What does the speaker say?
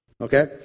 Okay